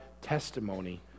testimony